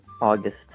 August